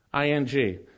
ING